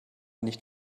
nicht